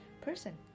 person